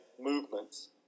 movements